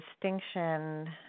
distinction